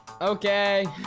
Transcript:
Okay